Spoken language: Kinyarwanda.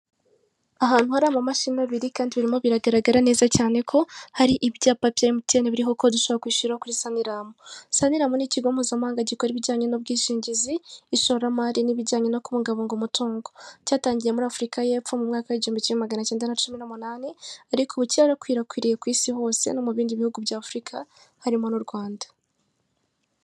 Ahantu hari amamashini abiri kandi birimo biragaragara neza cyane ko hari ibyapa bya Emutiyeni biriho kode ushobora kwishyuraho kuri Sanilamu. Sanilamu ni ikigo mpuzamahanga gikora ibijyanye ubwishingizi, ishoramari n'ibijyanye no kubungabunga umutungo. Cyatangiye muri Afurika y'Epfo mu mwaka w'igihumbi kimwe magana cyenda na cumi n'umunani, ariko ubu cyarakwirakwiriye ku isi hose no mu bindi bihugu by'Afurika, harimo n'u Rwanda.